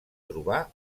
trobar